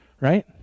right